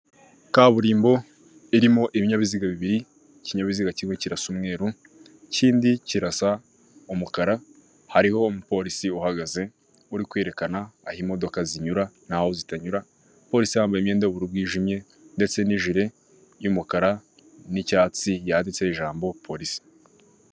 Kaburimbo irimo ibinyabiziga bibiri ikinyabiziga kimwe kirasa umweru, ikindi kirasa umukara, hariho umupolisi uhagaze uri kwerekana aho imodoka zinyura, n'aho zitanyura, umupolisi yambaye imyenda y'ubururu bwijimye ndetse n'ijiri y'umukara n'icyatsi yanditseho, ijambo polisi.